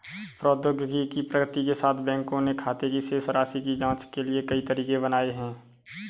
प्रौद्योगिकी की प्रगति के साथ, बैंकों ने खाते की शेष राशि की जांच के लिए कई तरीके बनाए है